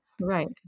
Right